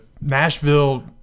Nashville